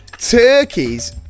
Turkey's